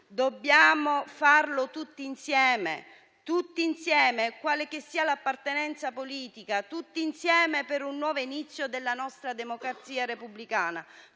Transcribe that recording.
Dobbiamo farlo tutti insieme, quale che sia l'appartenenza politica; tutti insieme per un nuovo inizio della nostra democrazia repubblicana,